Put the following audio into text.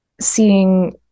seeing